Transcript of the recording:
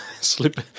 Slip